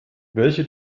welche